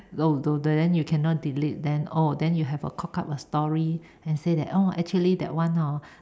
then you cannot delete then oh then you have to cock up a story and say that oh actually that one hor